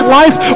life